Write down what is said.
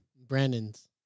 Brandon's